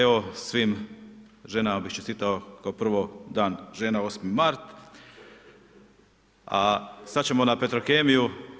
Evo svim ženama bih čestitao kao prvo Dan žena 8. mart, a sad ćemo na Petrokemiju.